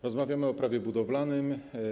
Rozmawiamy o Prawie budowlanym.